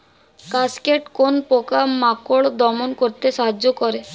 Cascade কোন পোকা মাকড় দমন করতে সাহায্য করে?